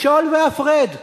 משול והפרד.